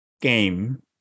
game